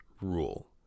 rule